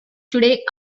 today